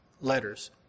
letters